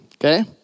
Okay